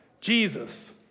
Jesus